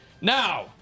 Now